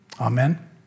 Amen